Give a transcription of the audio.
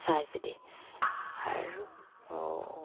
চাই চিতি আৰু